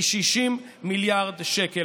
היא 60 מיליארד שקל.